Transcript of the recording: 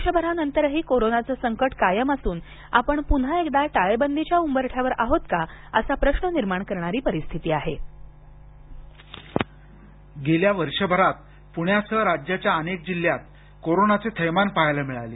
वर्षभरानंतरही कोरोनाचं संकट कायम असून आपण पुन्हा एकदा टाळेबंदीच्या उंबरठ्यावर आहोत का असा प्रश्न निर्माण करणारी परिस्थिती आहे गेल्या वर्षभरात पुण्यासह राज्याच्या अनेक जिल्ह्यात कोरोनाचे थैमान पाहायला मिळाले